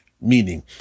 meaning